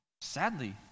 Sadly